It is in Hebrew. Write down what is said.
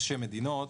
יש מדינות